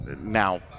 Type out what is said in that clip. now